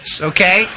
okay